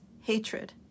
hatred